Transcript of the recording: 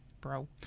bro